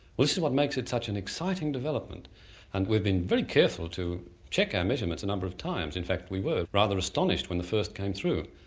well this is what makes it such an exciting development and we've been very careful to check our measurements a number of times. in fact we were rather astonished when the first came through.